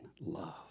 love